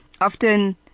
often